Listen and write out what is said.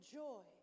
joy